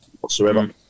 whatsoever